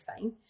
fine